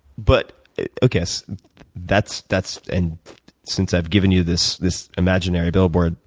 but okay, so that's that's and since i've given you this this imaginary billboard,